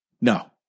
No